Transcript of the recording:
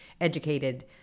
educated